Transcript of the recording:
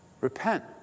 repent